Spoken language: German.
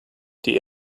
die